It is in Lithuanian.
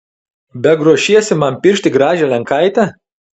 beg ruošiesi man piršti gražią lenkaitę